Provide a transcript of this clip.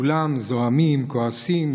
כולם זועמים, כועסים.